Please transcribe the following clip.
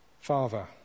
Father